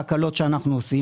וזו אחת ההקלות שאנחנו עושים,